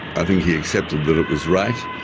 i think he accepted that it was right.